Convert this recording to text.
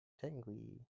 technically